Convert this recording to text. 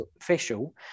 official